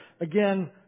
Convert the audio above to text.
Again